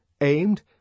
aimed